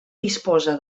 disposa